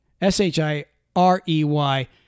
s-h-i-r-e-y